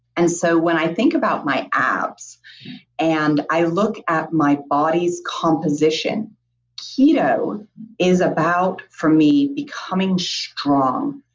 and so when i think about my abs and i look at my body's composition keto is about for me becoming strong.